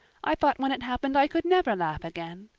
i thought when it happened i could never laugh again.